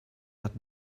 hat